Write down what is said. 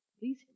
please